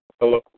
Hello